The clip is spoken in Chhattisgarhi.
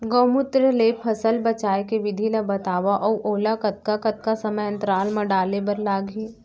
गौमूत्र ले फसल बचाए के विधि ला बतावव अऊ ओला कतका कतका समय अंतराल मा डाले बर लागही?